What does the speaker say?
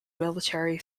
military